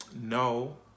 No